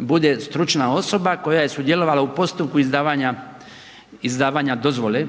bude stručna osoba koja je sudjelovala u postupku izdavanja dozvole